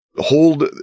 hold